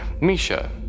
Misha